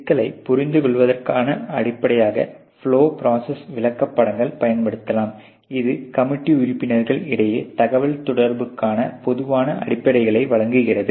சிக்கலை புரிந்துகொள்வதற்கான அடிப்படையாக ப்லொவ் ப்ரோசஸ் விளக்கப் படங்களை பயன்படுத்தலாம் இது கமிட்டி உறுப்பினர்கள் இடையே தகவல் தொடர்புக்கான பொதுவான அடிப்படைகளை வழங்குகிறது